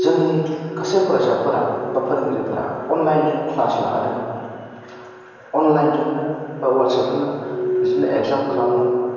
जोंनि गासै फरायसाफोरा बा फोरोंगिरिफ्रा अनलाइनजों क्लास लाहोदोंमोन अनलाइनजोंनो बा वाट्साबजोंनो बिदिनो एग्जाम खालामदोंमोन